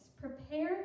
prepare